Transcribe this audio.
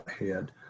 ahead